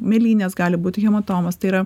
mėlynės gali būt hematomos tai yra